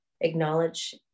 acknowledge